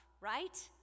right